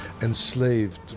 enslaved